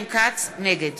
נגד